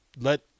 let